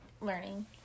learning